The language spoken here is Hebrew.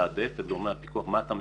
לתעדף את גורמי הפיקוח על מה אתה מפקח.